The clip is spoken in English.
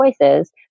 choices